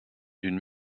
d’une